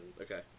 Okay